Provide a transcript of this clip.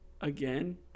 again